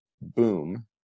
Boom